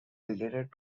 related